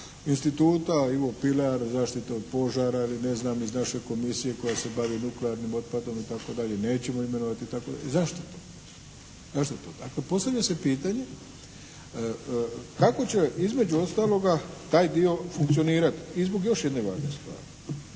Instituta Ivo Pilar, zaštita od požara ili ne znam iz naše komisije koja se bavi nuklearnim otpadom i tako dalje, nećemo imenovati i tako dalje. Zašto? Zašto to tako? Postavlja se pitanje kako će između ostalog taj dio funkcionirati i zbog još jedne važne stvari.